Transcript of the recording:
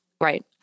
right